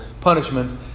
punishments